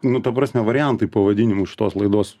nu ta prasme variantai pavadinimų šitos laidos